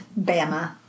Bama